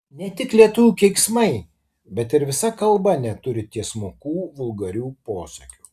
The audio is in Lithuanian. ne tik lietuvių keiksmai bet ir visa kalba neturi tiesmukų vulgarių posakių